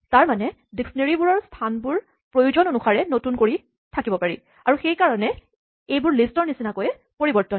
তাৰমানে ডিস্কনেৰীঅভিধানবোৰৰ স্হানবোৰ প্ৰয়োজন অনুসাৰে নতুন কৰি থাকিব পাৰি আৰু সেইকাৰণে এইবোৰ লিষ্টৰ নিচিনাকৈয়ে পৰিবৰ্তনীয়